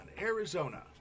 Arizona